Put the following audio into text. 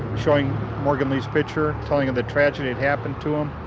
showing morgan lee's picture, telling of the tragedy that happened to them,